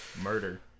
Murder